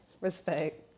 Respect